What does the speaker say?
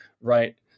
right